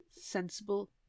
Sensible